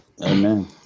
amen